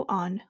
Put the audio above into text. on